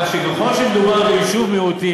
כך שככל שמדובר ביישוב מיעוטים,